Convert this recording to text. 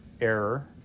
error